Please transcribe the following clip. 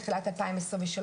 תחילת 2023,